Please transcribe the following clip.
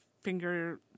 finger